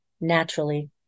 naturally